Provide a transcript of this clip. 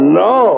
no